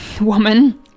woman